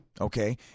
Okay